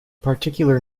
particular